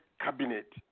cabinet